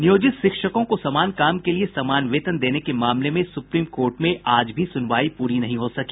नियोजित शिक्षकों को समान काम के लिये समान वेतन देने के मामले में सुप्रीम कोर्ट में आज भी सुनवाई पूरी नहीं हो सकी